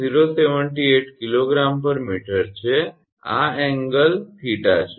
078 𝐾𝑔 𝑚 છે અને આ ખૂણો 𝜃 છે